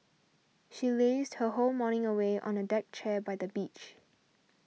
she lazed her whole morning away on a deck chair by the beach